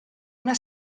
una